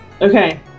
Okay